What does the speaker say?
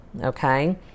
okay